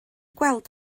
gweld